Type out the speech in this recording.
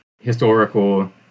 Historical